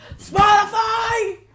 Spotify